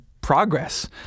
progress